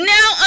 Now